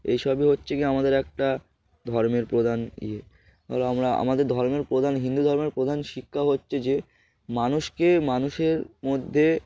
এই সবই হচ্ছে কি আমাদের একটা ধর্মের প্রধান ইয়ে ধ আমরা আমাদের ধর্মের প্রধান হিন্দু ধর্মের প্রধান শিক্ষা হচ্ছে যে মানুষকে মানুষের মধ্যে